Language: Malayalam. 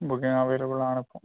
booking available ആണിപ്പം